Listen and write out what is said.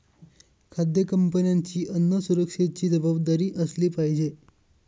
खाद्य कंपन्यांची अन्न सुरक्षेची जबाबदारी असली पाहिजे